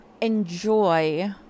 enjoy